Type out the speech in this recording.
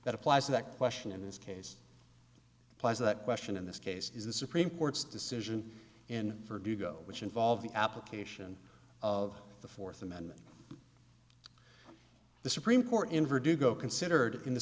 that applies to that question in this case plays that question in this case is the supreme court's decision in for do you go which involve the application of the fourth amendment the supreme court in verdugo considered in the